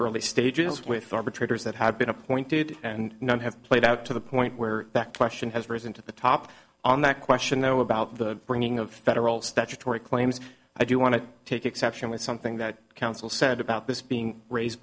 arbitrator's that had been appointed and none have played out to the point where that question has risen to the top on that question though about the bringing of federal statutory claims i do want to take exception with something that counsel said about this being raised